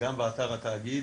וגם באתר התאגיד